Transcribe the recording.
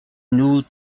nous